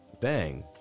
Bang